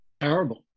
Terrible